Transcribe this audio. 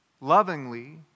lovingly